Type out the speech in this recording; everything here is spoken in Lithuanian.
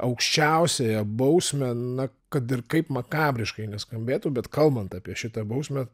aukščiausiąją bausmę na kad ir kaip makabriškai neskambėtų bet kalbant apie šitą bausmę